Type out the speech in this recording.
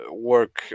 work